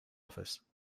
office